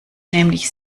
nämlich